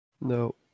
No